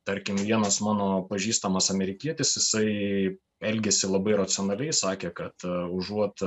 tarkim vienas mano pažįstamas amerikietis jisai elgėsi labai racionaliai sakė kad užuot